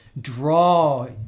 Draw